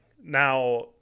Now